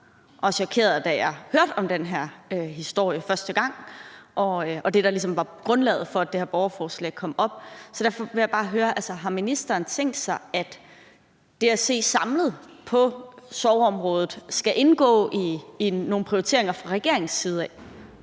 og chokeret, da jeg hørte om den her historie første gang og om grundlaget for, at det her borgerforslag kom op, så derfor vil jeg bare høre, om ministeren har tænkt sig, at det at se samlet på sorgområdet skal indgå i nogle prioriteringer fra regeringens side af.